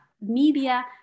Media